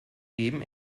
geben